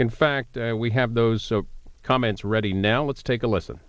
in fact we have those comments ready now let's take a l